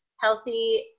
Healthy